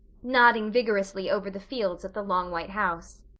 nodding vigorously over the fields at the long white house,